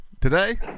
Today